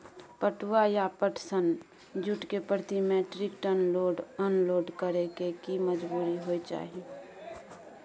पटुआ या पटसन, जूट के प्रति metric ton load unload करै के की मजदूरी होय चाही?